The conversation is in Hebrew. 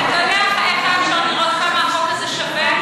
אתה יודע איך היה אפשר לראות כמה החוק הזה שווה?